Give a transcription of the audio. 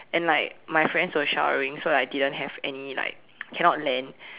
and like my friends were showering so I didn't have any like cannot lend